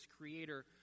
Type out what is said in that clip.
creator